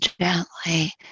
gently